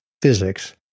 physics